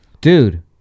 Dude